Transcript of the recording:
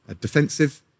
defensive